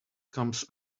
comes